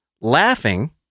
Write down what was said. laughing